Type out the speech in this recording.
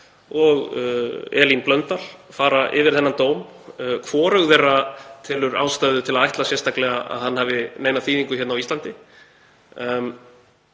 og Elín Blöndal fara yfir þennan dóm. Hvorug þeirra telur ástæðu til að ætla sérstaklega að hann hafi nokkra þýðingu hér á Íslandi.